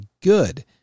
good